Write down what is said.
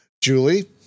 Julie